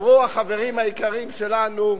אמרו החברים היקרים שלנו,